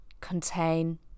contain